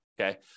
Okay